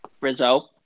Rizzo